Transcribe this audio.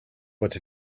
but